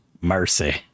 Mercy